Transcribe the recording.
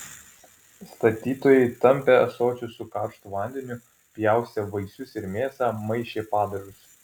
statytojai tampė ąsočius su karštu vandeniu pjaustė vaisius ir mėsą maišė padažus